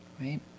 right